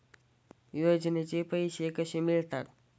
योजनेचे पैसे कसे मिळतात?